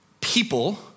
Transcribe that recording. people